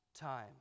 time